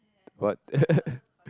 what